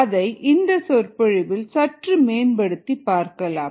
அதை இந்த சொற்பொழிவில் சற்று மேம்படுத்தி பார்க்கலாம்